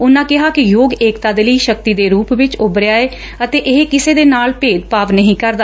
ਉਨੂਂ ਕਿਹਾ ਕਿ ਯੋਗ ਏਕਤਾ ਦੇ ਲਈ ਸ਼ਕਤੀ ਦੇ ਰੂਪ ਵਿੱਚ ਉੱਭਰਿਆ ਏ ਅਤੇ ਇਹ ਕਿਸੇ ਦੇ ਨਾਲ ਵੀ ਭੇਦਭਾਵ ਨਹੀ ਕਰਦਾ